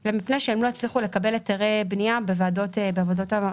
אלא מפני שהם לא הצליחו לקבל היתרי בנייה בוועדות המקומיות.